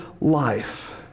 life